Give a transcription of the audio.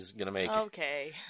Okay